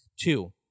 two